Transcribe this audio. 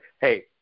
Hey